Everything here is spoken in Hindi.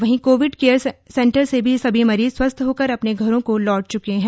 वहीं कोविड केयर सेंटर से भी सभी मरीज स्वस्थ्य होकर अपने घरों को लौट चुके हैं